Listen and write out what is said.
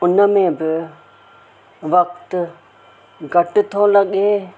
उनमें बि वक़्तु घटि थो लॻे